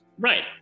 Right